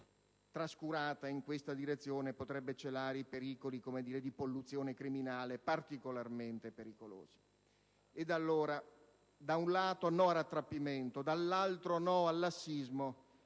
trascurata in questa direzione potrebbe celare i pericoli di polluzione criminale particolarmente pericolosi. In conclusione, da un lato, no al rattrappimento, dall'altro, no al lassismo.